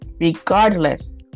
regardless